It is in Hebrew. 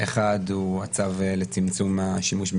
האחד הוא הצו לצמצום השימוש במזומן,